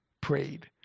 prayed